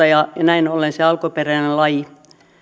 ja näin ollen se alkuperäinen laji